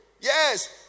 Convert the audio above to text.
Yes